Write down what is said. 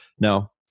Now